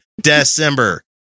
december